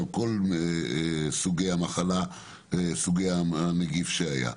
על כל סוגי המחלה והנגיף שהיו.